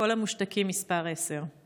קול המושתקים מס' 10: